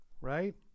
right